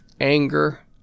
anger